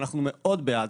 אנחנו מאוד בעד,